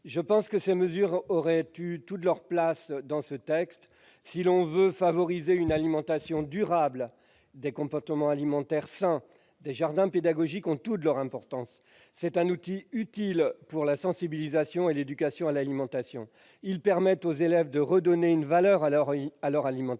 Je pense que ces mesures auraient eu toute leur place dans ce texte. Si l'on veut favoriser une alimentation durable, des comportements alimentaires sains, des jardins pédagogiques ont toute leur importance. C'est un outil utile pour la sensibilisation et l'éducation à l'alimentation. Il permet aux élèves de redonner une valeur à leur alimentation,